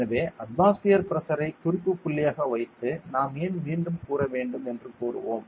எனவே அட்மாஸ்பியர் பிரஷரை குறிப்புப் புள்ளியாக வைத்து நாம் ஏன் மீண்டும் கூற வேண்டும் என்று கூறுவோம்